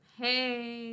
hey